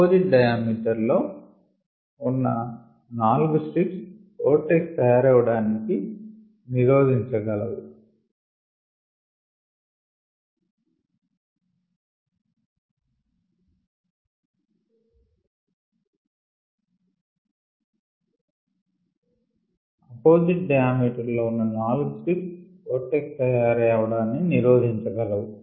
opposite diameter లో ఉన్న 4 strips vortex తయారవడాన్ని నిరోధించగలవు